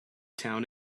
town